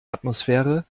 atmosphäre